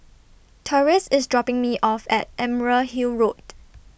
Torrance IS dropping Me off At Emerald Hill Road